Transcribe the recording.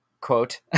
quote